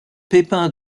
pépins